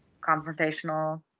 confrontational